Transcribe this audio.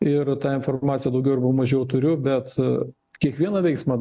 ir tą informaciją daugiau arba mažiau turiu bet kiekvieną veiksmą